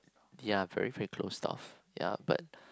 ya very very close stuff ya but